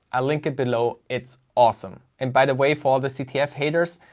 i link it below. it's awesome. and by the way, for all the ctf haters,